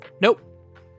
nope